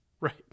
Right